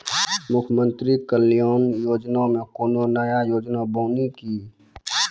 मुख्यमंत्री कल्याण योजना मे कोनो नया योजना बानी की?